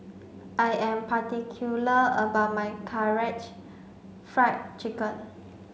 I am particular about my Karaage Fried Chicken